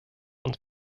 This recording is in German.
und